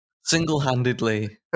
single-handedly